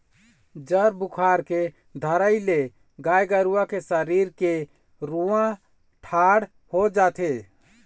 जर बुखार के धरई ले गाय गरुवा के सरीर के रूआँ ठाड़ हो जाथे